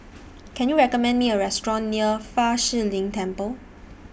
Can YOU recommend Me A Restaurant near Fa Shi Lin Temple